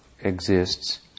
exists